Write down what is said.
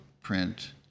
print